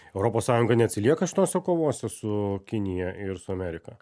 europos sąjunga neatsilieka šitose kovose su kinija ir su amerika